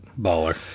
Baller